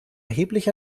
erheblich